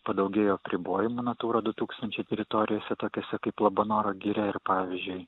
padaugėjo apribojimų natūra du tūkstančiai teritorijose tokiose kaip labanoro giria ir pavyzdžiui